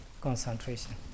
concentration